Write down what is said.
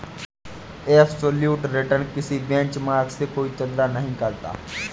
absolute return किसी benchmark से कोई तुलना नहीं करता